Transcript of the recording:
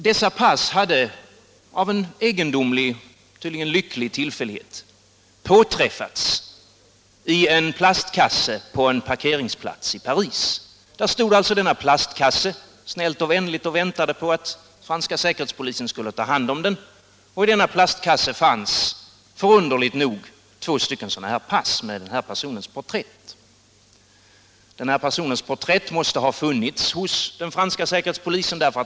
Dessa pass hade av en egendomlig, tydligen lycklig, tillfällighet påträffats i en plastkasse på en parkeringsplats i Paris. Där stod alltså denna plastkasse, snällt och vänligt, och väntade på att franska säkerhetspolisen skulle ta hand om den. I denna plastkasse fanns förunderligt nog två pass med den här personens porträtt. Den här personens porträtt måste ha funnits hos den franska säkerhetspolisen.